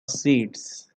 seeds